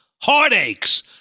heartaches